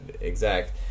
exact